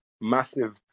massive